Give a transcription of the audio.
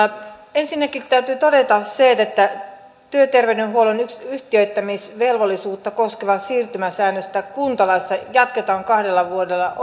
ensinnäkin täytyy todeta että se että työterveydenhuollon yhtiöittämisvelvollisuutta koskevaa siirtymäsäännöstä kuntalaissa jatketaan kahdella vuodella